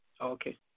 Okay